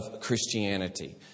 Christianity